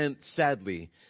sadly